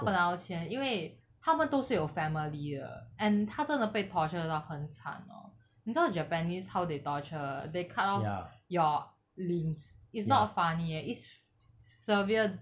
他本来要钱因为他们都是有 family uh and 他真的被 torture 到很惨 orh 你知道 japanese how they torture they cut off your limbs it's not funny uh is severe